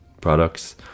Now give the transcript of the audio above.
products